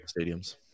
stadiums